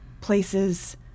places